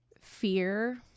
fear